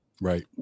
Right